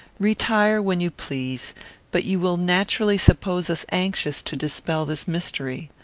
retire when you please but you will naturally suppose us anxious to dispel this mystery.